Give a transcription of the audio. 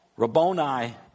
Rabboni